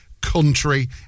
country